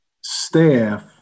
staff